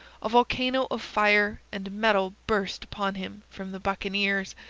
a volcano of fire and metal burst upon him from the buccaneers,